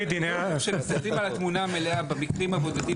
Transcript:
כשמסתכלים על התמונה המלאה במקרים הבודדים